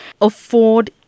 afford